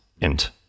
int